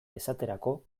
esaterako